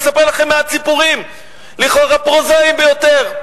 אני אספר לכם מעט סיפורים, לכאורה פרוזאיים ביותר.